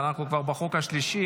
אבל אנחנו כבר בחוק השלישי,